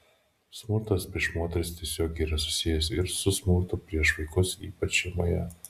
smurtas prieš moteris tiesiogiai yra susijęs ir su smurtu prieš vaikus ypač šeimoje